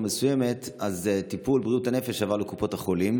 מסוימת טיפול בריאות הנפש עבר לקופות החולים,